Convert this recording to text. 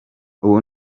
ubu